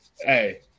Hey